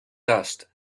dust